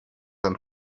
and